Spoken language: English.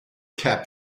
cap